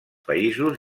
països